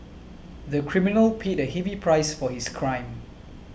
the criminal paid a heavy price for his crime